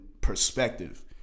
perspective